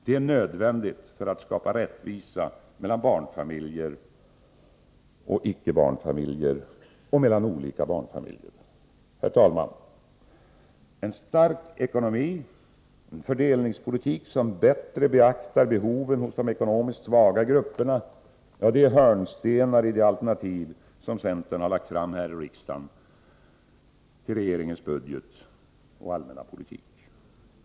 Det är nödvändigt för att skapa rättvisa mellan barnfamiljer och icke-barnfamiljer och mellan olika barnfamiljer. Herr talman! En stark ekonomi och en fördelningspolitik, som bättre beaktar behoven hos de ekonomiskt svaga grupperna, är hörnstenar i det alternativ som centern har lagt fram här i riksdagen till regeringens budget och allmänna politik.